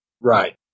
Right